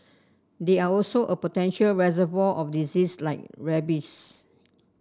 they are also a potential reservoir of disease like rabies